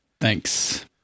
Thanks